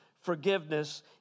forgiveness